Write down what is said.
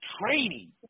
training